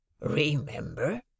Remember